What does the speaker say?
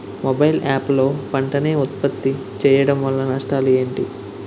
Mobile app లో పంట నే ఉప్పత్తి చేయడం వల్ల నష్టాలు ఏంటి?